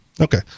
Okay